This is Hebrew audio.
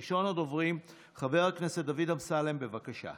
ראשון הדוברים, חבר הכנסת דוד אמסלם, בבקשה.